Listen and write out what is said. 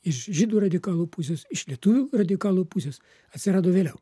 iš žydų radikalų pusės iš lietuvių radikalų pusės atsirado vėliau